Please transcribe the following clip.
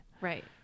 right